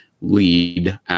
lead